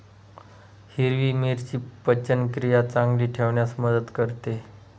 हिरवी मिरची पचनक्रिया चांगली ठेवण्यास मदत करते